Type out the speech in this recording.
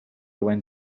went